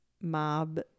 mob